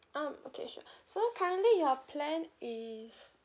um okay sure so currently your plan is